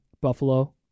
Buffalo